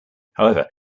however